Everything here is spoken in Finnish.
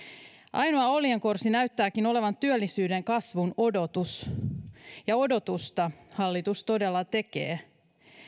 ainoa oljenkorsi näyttääkin olevan työllisyyden kasvun odotus ja odotusta hallitus todella tekee